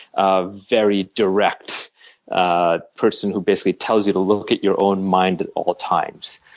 ah very direct ah person who basically tells you to look at your own mind at all times.